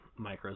Micros